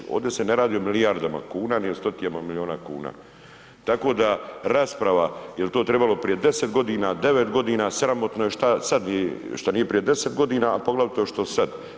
Ovdje se ne radi o milijardama kuna, ni o stotinama miliona kuna, tako da rasprava jel to trebalo prije 10 godina, 9 godina, sramotno je šta sad, šta nije prije 10 godina, a poglavito što sad.